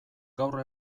gaur